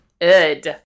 good